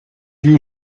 you